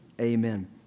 Amen